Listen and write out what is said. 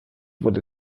wurde